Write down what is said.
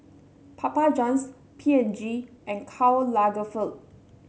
Papa Johns P and G and Karl Lagerfeld